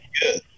good